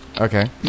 Okay